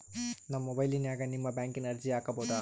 ನಾವು ಮೊಬೈಲಿನ್ಯಾಗ ನಿಮ್ಮ ಬ್ಯಾಂಕಿನ ಅರ್ಜಿ ಹಾಕೊಬಹುದಾ?